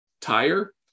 tire